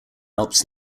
alps